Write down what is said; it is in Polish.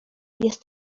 jest